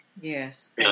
Yes